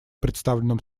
представленном